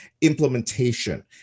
implementation